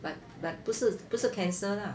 but but 不是不是 cancer lah